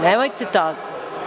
Nemojte tako.